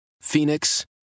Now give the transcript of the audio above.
Phoenix